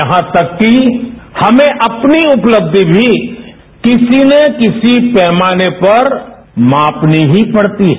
यहां तक कि हमें अपनी उपलब्धि भी किसी न किसी पैमाने पर मापनी ही पड़ती है